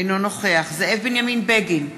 אינו נוכח זאב בנימין בגין,